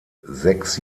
sechs